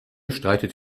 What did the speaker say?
streitet